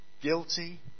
Guilty